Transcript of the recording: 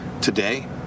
Today